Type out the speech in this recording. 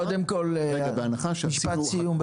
משפט סיום,